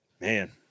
Man